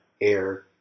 air